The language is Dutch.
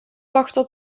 wachten